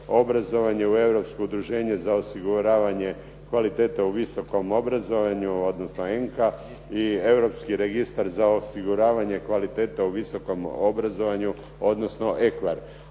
u Europsko udruženje za osiguravanje kvalitete u visokom obrazovanju, odnosno ENQA i Europski registar za osiguravanje kvalitete u visokom obrazovanju odnosno EQAR.